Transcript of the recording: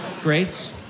grace